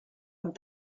amb